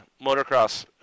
Motocross